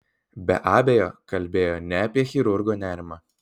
be abejo kalbėjo ne apie chirurgo nerimą